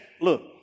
look